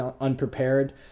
unprepared